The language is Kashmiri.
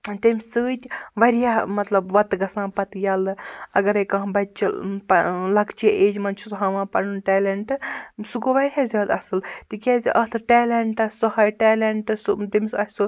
تَمہِ سۭتۍ واریاہ مطلب وَتہٕ گَژھان پَتہٕ یَلہٕ اَگَرٔے کانٛہہ بَچہِ چھُ لَۄکچہِ ایجہِ منٛز چھُ سُہ ہاوان پَنُن ٹیلیٚنٹ سُہ گوٚو واریاہ زیادٕ اصٕل تِکیٛازِ اَتھ ٹیلیٚنٹَس سُہ ہٲے ٹیلیٚنٹ سُہ تٔمِس آسہِ سُہ